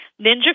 Ninja